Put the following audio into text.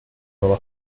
nueva